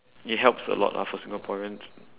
it helps a lot lah for singaporeans